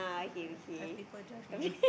have people drive me one lah